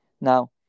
Now